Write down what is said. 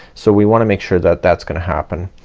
so we wanna make sure that that's gonna happen.